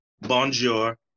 bonjour